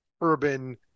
urban